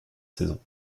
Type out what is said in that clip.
saison